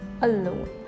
alone